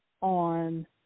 on